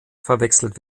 verwechselt